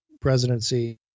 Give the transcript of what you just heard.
presidency